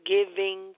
Giving